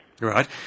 Right